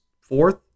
fourth